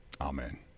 Amen